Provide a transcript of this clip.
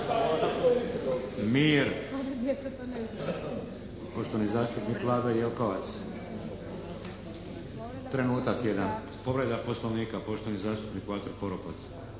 Mir! Poštovani zastupnik Vlado Jelkovac. Trenutak jedan. Povreda Poslovnika poštovani zastupnik Valter Poropat.